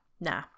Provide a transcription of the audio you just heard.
nah